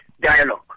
dialogue